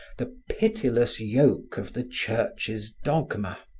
the pitiless yoke of the church's dogma.